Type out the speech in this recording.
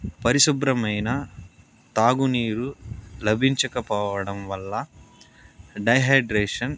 పరిశుభ్రమైన తాగునీరు లభించక పోవడం వల్ల డీహైడ్రేషన్